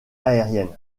aériennes